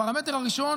הפרמטר הראשון